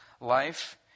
life